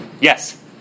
Yes